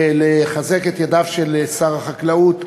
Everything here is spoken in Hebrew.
ולחזק את ידיו של שר החקלאות,